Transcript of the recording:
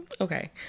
Okay